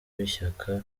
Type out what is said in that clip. w’ishyaka